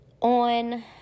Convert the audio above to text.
On